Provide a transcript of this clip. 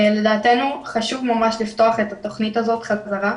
לדעתנו חשוב ממש לפתוח את התכנית הזאת חזרה,